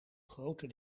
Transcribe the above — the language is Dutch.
grote